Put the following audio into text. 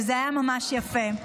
וזה היה ממש יפה.